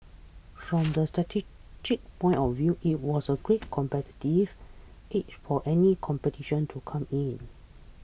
from a strategic point of view it was a great competitive edge for any competition to come in